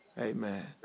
Amen